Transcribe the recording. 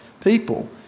people